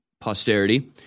posterity